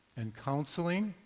and counseling,